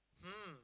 hmm